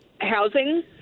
Housing